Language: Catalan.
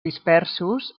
dispersos